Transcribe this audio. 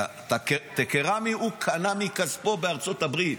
אבל את הקרמי הוא קנה מכספו בארצות הברית.